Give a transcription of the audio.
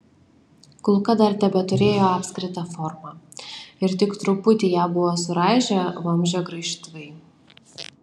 kulka dar tebeturėjo apskritą formą ir tik truputį ją buvo suraižę vamzdžio graižtvai